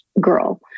girl